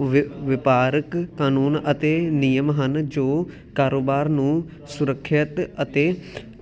ਵਿ ਵਪਾਰਕ ਕਾਨੂੰਨ ਅਤੇ ਨਿਯਮ ਹਨ ਜੋ ਕਾਰੋਬਾਰ ਨੂੰ ਸੁਰੱਖਿਅਤ ਅਤੇ